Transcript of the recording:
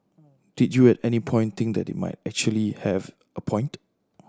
did you at any point think that they might actually have a point